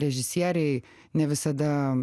režisieriai ne visada